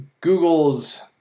Google's